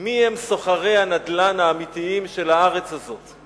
מפנה רבע מבט מיהם סוחרי הנדל"ן האמיתיים של הארץ הזאת,